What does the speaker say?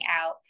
out